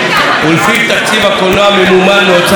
שלפיו תקציב הקולנוע ממומן מאוצר המדינה